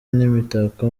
n’imitako